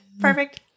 Perfect